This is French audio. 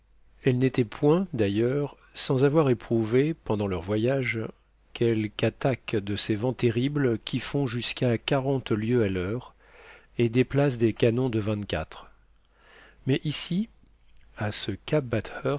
elles n'étaient point d'ailleurs sans avoir éprouvé pendant leurs voyages quelque attaque de ces vents terribles qui font jusqu'à quarante lieues à l'heure et déplacent des canons de vingt-quatre mais ici à ce cap